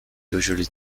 usually